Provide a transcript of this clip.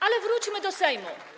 Ale wróćmy do Sejmu.